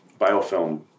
biofilm